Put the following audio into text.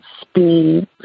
speed